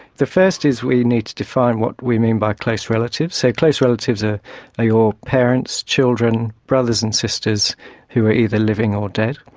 the first is we need to define what we mean by close relatives, so close relatives ah are your parents, children, brothers and sisters who are either living or dead.